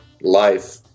life